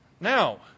Now